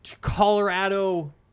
Colorado